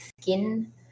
skin